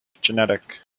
genetic